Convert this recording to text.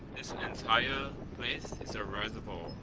this entire place is a reservoir.